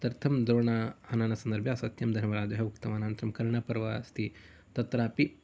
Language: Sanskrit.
तदर्थं द्रोणहननसन्दर्भे असत्यं धर्मराजः उक्तवान् अनन्तरं कर्णपर्व अस्ति तत्रापि